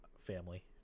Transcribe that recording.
family